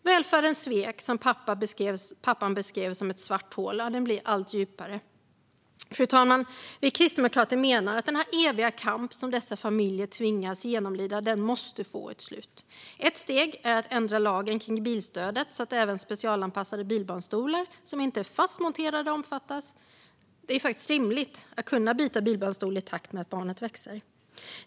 Välfärdens svek, som pappan beskriver som ett svart hål, blir allt djupare. Fru talman! Vi kristdemokrater menar att den eviga kamp som dessa familjer tvingas genomlida måste få ett slut. Ett steg är att ändra lagen för bilstödet så att även specialanpassade bilbarnstolar som inte är fast monterade omfattas. Det är faktiskt rimligt att kunna byta bilbarnstol i takt med att barnet växer.